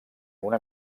una